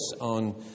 on